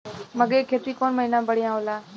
मकई के खेती कौन महीना में बढ़िया होला?